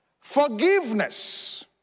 Forgiveness